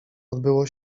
odbyło